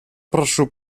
прошу